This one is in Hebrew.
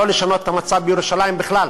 לא לשנות את המצב בירושלים בכלל,